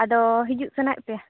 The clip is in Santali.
ᱟᱫᱚ ᱦᱤᱡᱩᱜ ᱥᱟᱱᱟᱭᱮᱫ ᱯᱮᱭᱟ